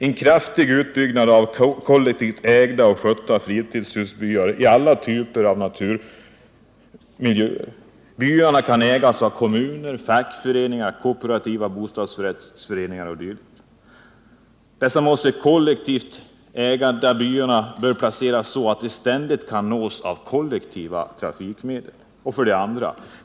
En kraftig utbyggnad av kollektivt ägda och skötta fritidshusbyar i alla typer av naturmiljöer. Byarna kan ägas av kommuner, fackföreningar, kooperativa bostadsrättsföreningar o.d. Dessa kollektivt ägda byar bör placeras så att de ständigt kan nås av kollektiva trafikmedel. 2.